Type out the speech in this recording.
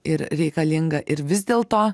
ir reikalinga ir vis dėl to